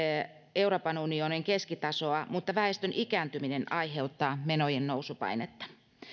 euroopan unionin keskitasoa mutta väestön ikääntyminen aiheuttaa menojen nousupainetta